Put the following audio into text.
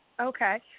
okay